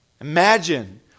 Imagine